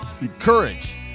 encourage